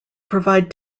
provide